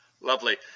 Lovely